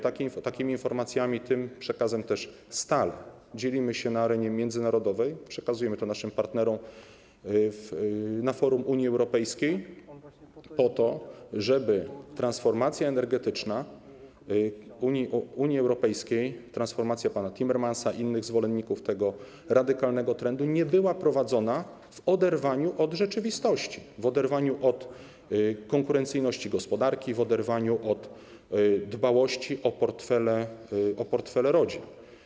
Takimi informacjami, tym przekazem też stale dzielimy się na arenie międzynarodowej, przekazujemy to naszym partnerom na forum Unii Europejskiej, po to żeby transformacja energetyczna Unii Europejskiej, transformacja pana Timmermansa i innych zwolenników tego radykalnego trendu, nie była prowadzona w oderwaniu od rzeczywistości, w oderwaniu od konkurencyjności gospodarki, w oderwaniu od dbałości o portfele rodzin.